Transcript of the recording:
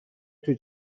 توی